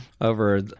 over